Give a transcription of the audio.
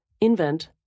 invent